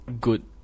good